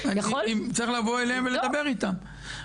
צריך לבוא אליהם ולדבר איתם.